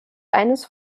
eines